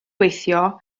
gweithio